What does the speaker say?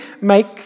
make